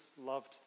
loved